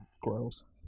gross